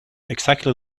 exactly